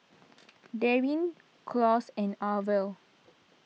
Daryn Claus and Arvel